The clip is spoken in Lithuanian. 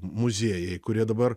muziejai kurie dabar